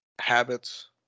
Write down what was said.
habits